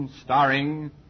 Starring